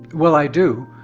well, i do.